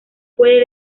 puede